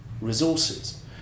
resources